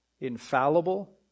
infallible